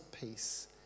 peace